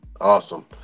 Awesome